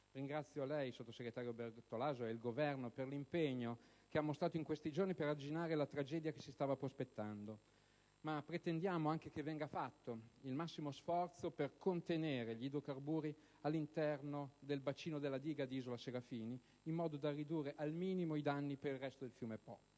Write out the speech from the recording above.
Ringrazio lei, sottosegretario Bertolaso, e il Governo per l'impegno che ha mostrato in questi giorni per arginare la tragedia che si stava prospettando, ma pretendiamo anche che venga fatto il massimo sforzo per contenere gli idrocarburi all'interno del bacino della diga di Isola Serafini, in modo da ridurre al minimo i danni per il resto del fiume Po.